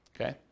Okay